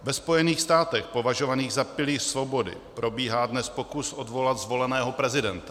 Ve Spojených státech považovaných za pilíř svobody probíhá dnes pokus odvolat zvoleného prezidenta.